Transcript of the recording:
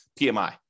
PMI